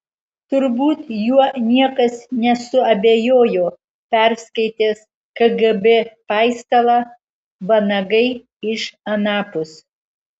turbūt juo niekas nesuabejojo perskaitęs kgb paistalą vanagai iš anapus